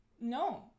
No